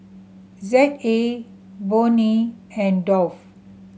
Z A Burnie and Dove